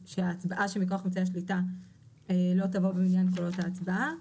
שמכוח אמצעי השליטה לא תבוא במניין קולות ההצבעה